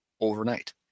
overnight